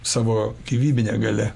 savo gyvybine galia